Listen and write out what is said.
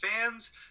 fans